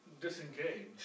disengage